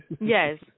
Yes